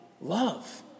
love